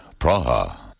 Praha